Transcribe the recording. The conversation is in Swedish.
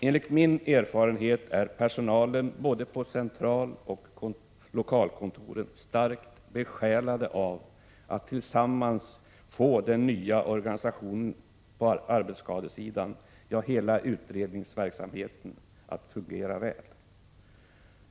Enligt min erfarenhet är personalen på både centraloch lokalkontoren starkt besjälade av att tillsammans få den nya organisationen på arbetsskadesidan, ja, hela utredningsverksamheten, att fungera väl.